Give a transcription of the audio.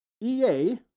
EA